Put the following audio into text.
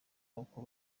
uko